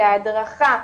להדרכה,